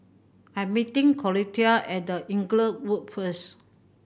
I'm meeting Clotilde at The Inglewood first